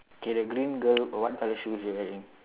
K the green girl what colour shoe is she wearing